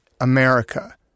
America